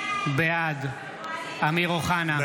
בעד אמיר אוחנה,